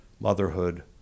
motherhood